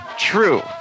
True